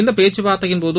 இந்த பேச்சுவார்த்தையின் போது